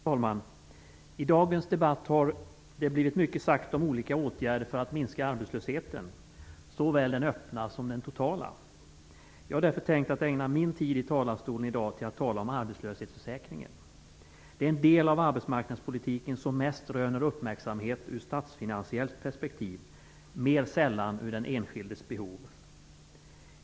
Herr talman! I dagens debatt har mycket blivit sagt om olika åtgärder för att minska arbetslösheten, såväl den öppna som den totala. Jag har därför i dag tänkt ägna min tid i talarstolen till att tala om arbetslöshetsförsäkringen. Det är en del av arbetsmarknadspolitiken som mest röner uppmärksamhet ur statsfinansiellt perspektiv, mer sällan med tanke på den enskildes behov.